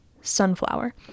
Sunflower